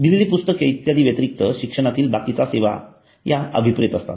दिलेली पुस्तके इत्यादीं व्यतिरिक्त शिक्षणातील बाकीच्या सेवा ह्या अभिप्रेत असतात